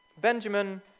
Benjamin